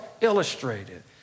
illustrated